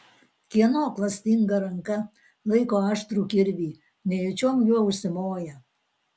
kieno klastinga ranka laiko aštrų kirvį nejučiom juo užsimoja